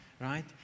right